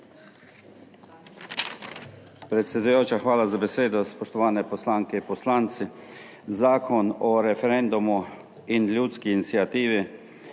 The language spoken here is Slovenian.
Predsedujoča, hvala za besedo. Spoštovane poslanke in poslanci! Zakon o referendumu in ljudski iniciativi.